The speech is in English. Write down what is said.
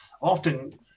Often